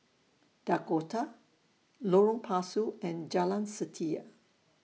Dakota Lorong Pasu and Jalan Setia